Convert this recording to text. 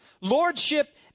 Lordship